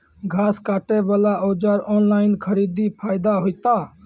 घास काटे बला औजार ऑनलाइन खरीदी फायदा होता?